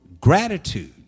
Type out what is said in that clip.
gratitude